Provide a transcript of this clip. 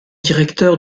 directeur